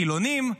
חילונים,